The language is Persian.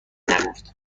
نگفت